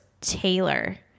taylor